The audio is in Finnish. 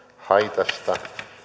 haitasta